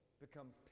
becomes